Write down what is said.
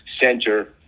center